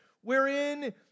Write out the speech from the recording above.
wherein